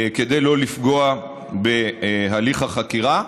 כדי לא לפגוע בהליך החקירה.